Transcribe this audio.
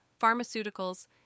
pharmaceuticals